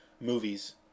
movies